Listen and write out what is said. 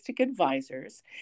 Advisors